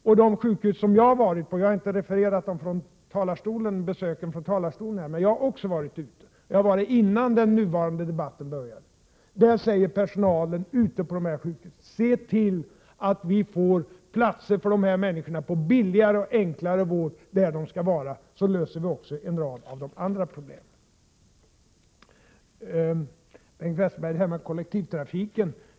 På de akutsjukhus som jag har varit på — jag har inte berättat om det från kammarens talarstol men jag har också besökt sjukhus, och jag har gjort det innan den nuvarande debatten började — har personalen sagt: Se till att vi får platser för de klinikfärdiga patienterna där de skall vara och där de får en billigare och enklare vård, så löser vi också en rad av problemen på akutsjukhusen! Bengt Westerberg!